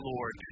Lord